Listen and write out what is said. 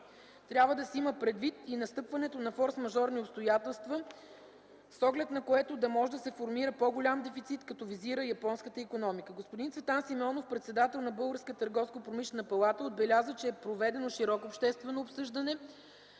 трябва да се има предвид и настъпването на форсмажорни обстоятелства, с оглед на което да може да се формира по-голям дефицит, като визира японската икономика. Господин Цветан Симеонов – председател на Българска търговско – промишлена палата отбеляза, че е проведено широко обществено обсъждане